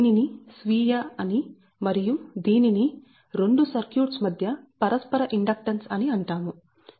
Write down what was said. దీనిని స్వీయ అని మరియు దానిని రెండు సర్క్యూట్స్ మధ్య పరస్పర ఇండక్టెన్స్ అని అంటాము